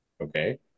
Okay